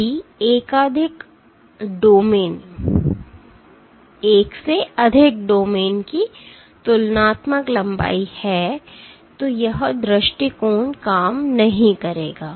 यदि एकाधिक डोमेन की तुलनात्मक लंबाई है तो यह दृष्टिकोण काम नहीं करेगा